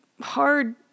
hard